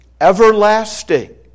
everlasting